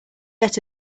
get